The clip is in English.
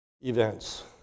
events